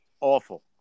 awful